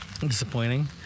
disappointing